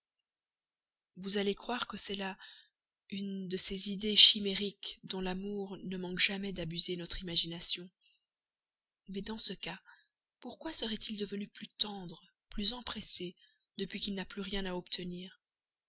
vous allez croire que c'est là une de ces idées chimériques dont l'amour ne manque jamais d'abuser notre imagination mais dans ce cas pourquoi serait-il devenu plus tendre plus empressé depuis qu'il n'a plus rien à obtenir